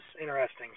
interesting